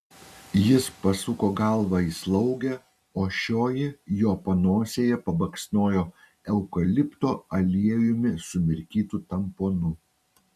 jis pasuko galvą į slaugę o šioji jo panosėje pabaksnojo eukalipto aliejumi sumirkytu tamponu